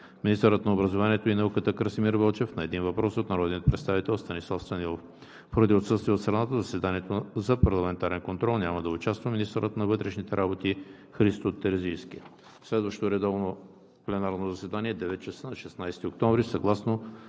министърът на образованието и науката Красимир Вълчев – на един въпрос от народния представител Станислав Станилов. Поради отсъствие от страната в заседанието за парламентарен контрол няма да участва министърът на вътрешните работи Христо Терзийски. Следващо редовно заседание от 9,00 ч. на 16 октомври 2020